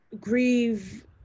grieve